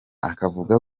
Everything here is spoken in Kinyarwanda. akavuga